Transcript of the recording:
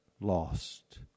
Lost